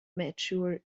mature